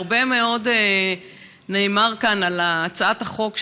והרבה מאוד נאמר כאן על הצעת החוק,